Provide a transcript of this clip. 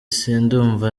sindumva